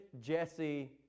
Jesse